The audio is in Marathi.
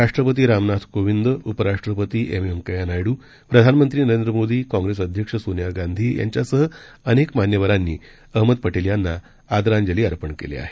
राष्ट्रपती रामनाथ कोविंद उपराष्ट्रपती एम व्यंकय्या नायडू प्रधानमंत्री नरेंद्र मोदी काँग्रेस अध्यक्ष सोनिया गांधी यांच्यासह अनेक मान्यवरांनी अहमद पटेल यांना आदरांजली अर्पण केली आहे